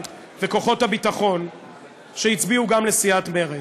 וכוחות הביטחון שהצביעו גם לסיעת מרצ,